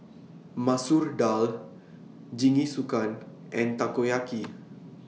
Masoor Dal Jingisukan and Takoyaki